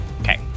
Okay